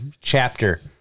chapter